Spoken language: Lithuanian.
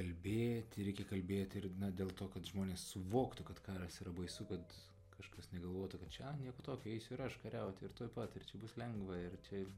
kalbėti reikia kalbėti ir dėl to kad žmonės suvoktų kad karas yra baisu kad kažkas negalvotų kad čia a nieko tokio eisiu ir aš kariauti ir tuoj pat ir čia bus lengva ir čia